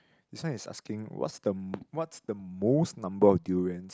this one is asking what's the what's the most number of durians